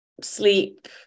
sleep